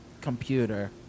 computer